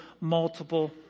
multiple